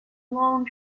long